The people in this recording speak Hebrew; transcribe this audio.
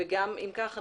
אם זה כך,